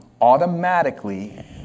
automatically